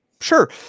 Sure